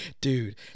Dude